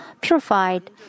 purified